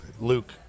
Luke